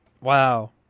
Wow